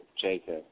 Jacob